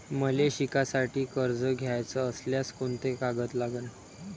मले शिकासाठी कर्ज घ्याचं असल्यास कोंते कागद लागन?